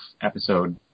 episode